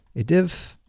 a div.